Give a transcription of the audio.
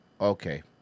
Okay